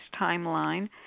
timeline